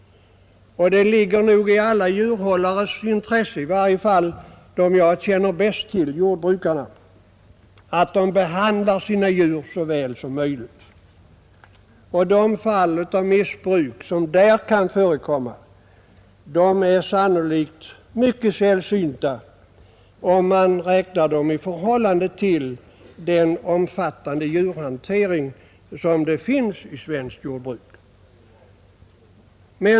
Det ligger nog också i alla djurhållares intresse — i varje fall gäller det dem som jag känner bäst, jordbrukarna — att de behandlar sina djur så väl som möjligt. De fall av missbruk som där kan förekomma är sannolikt mycket sällsynta, om man räknar dem i förhållande till den omfattande djurhantering som förekommer i svenskt jordbruk.